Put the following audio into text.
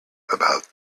about